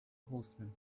horsemen